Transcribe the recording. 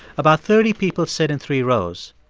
about thirty people sit in three rows.